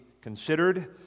considered